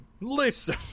listen